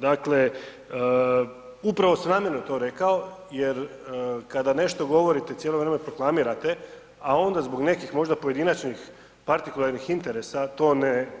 Dakle, upravo sam namjerno to rekao jer kada nešto govorite cijelo vrijeme proklamirate, a onda zbog nekih možda pojedinačnih partikularnih interesa to